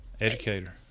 Educator